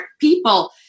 people